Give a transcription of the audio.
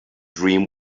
dream